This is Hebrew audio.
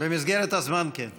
במסגרת הזמן, כן.